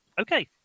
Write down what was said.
Okay